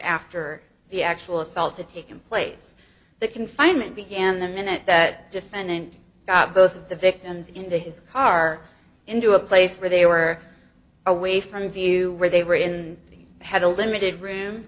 after the actual assault to take in place the confinement began the minute that defendant got both of the victims into his car into a place where they were away from view where they were in had a limited room